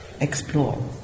explore